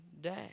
day